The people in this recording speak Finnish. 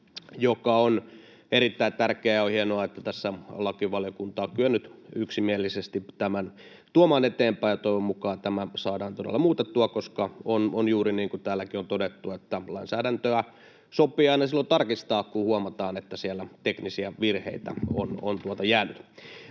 joka on erittäin tärkeä. On hienoa, että lakivaliokunta on kyennyt yksimielisesti tuomaan tämän eteenpäin. Toivon mukaan tämä saadaan todella muutettua, koska on juuri niin kuin täälläkin on todettu, että lainsäädäntöä sopii tarkistaa aina silloin, kun huomataan, että sinne teknisiä virheitä on jäänyt.